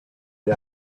the